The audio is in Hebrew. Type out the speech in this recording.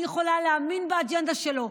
אני יכולה להאמין באג'נדה שלו,